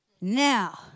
Now